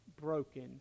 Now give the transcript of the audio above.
broken